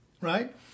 Right